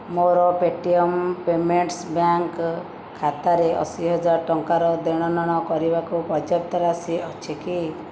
ମୋର Paytm payments bank ଖାତାରେ ଅଶୀହଜାର ଟଙ୍କାର ଦେଣ ନେଣ କରିବାକୁ ପର୍ଯ୍ୟାପ୍ତ ରାଶି ଅଛି କି